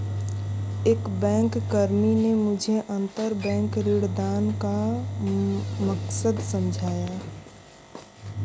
एक बैंककर्मी ने मुझे अंतरबैंक ऋणदान का मकसद समझाया